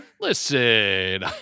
Listen